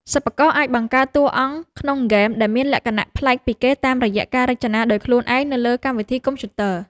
សិប្បករអាចបង្កើតតួអង្គក្នុងហ្គេមដែលមានលក្ខណៈប្លែកពីគេតាមរយៈការរចនាដោយខ្លួនឯងនៅលើកម្មវិធីកុំព្យូទ័រ។